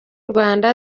rwanda